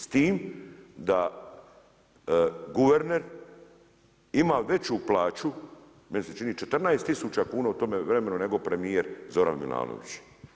S tim, da guverner ima veću plaću, meni se čini 14 tisuća kuna u tome vremenu, nego premijer Zoran Milanović.